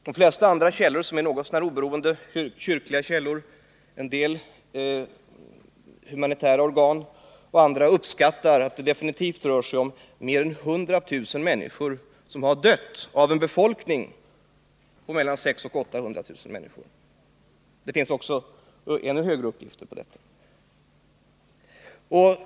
De flesta andra källor som är något så när oberoende — kyrkliga samfund, humanitära organ och andra — uppskattar att det definitivt är mer än 100 000 människor som dött av en befolkning på 600 000 å 800 000 människor. Det finns uppgifter om att ännu fler människor skulle ha dött.